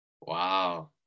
Wow